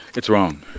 it's wrong.